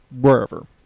wherever